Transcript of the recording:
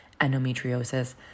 endometriosis